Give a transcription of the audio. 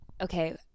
okay